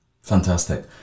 Fantastic